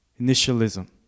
Initialism